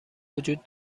وجود